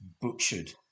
butchered